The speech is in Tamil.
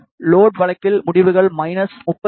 லோட் வழக்கில் முடிவுகள் மைனஸ் 30 டி